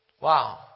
Wow